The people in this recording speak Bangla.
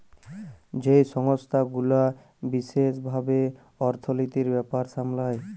যেই সংস্থা গুলা বিশেস ভাবে অর্থলিতির ব্যাপার সামলায়